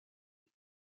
vous